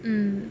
mm